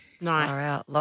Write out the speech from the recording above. Nice